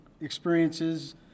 experiences